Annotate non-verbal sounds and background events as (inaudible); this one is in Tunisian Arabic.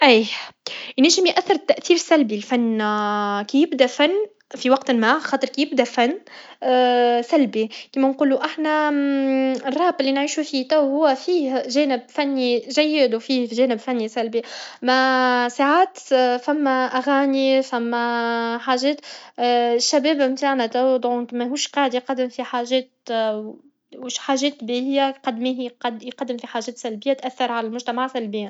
ايه ينجم ياثر تاثير سلبي الفن (hesitation) كي يبدا فن في وقت ما خاطر كي يبدا فن (hesitation) كيما نقولو احنا سلبي كيما نقولو احنا (hesitation) الراب لي نعيشو فيه تو هو فيه جانب فني جيد وفيه جانب فني سلبي (hesitation) ساعات ثم أغاني ثم حاجات الشباب نتاعنا تو دونك مهوش قاعد يقدم في حاجات و مش حاجات باهيه قد ماهي يقدم في حاجات سلبيه تاثر على المجتمع فالبيان